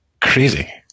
crazy